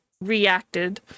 reacted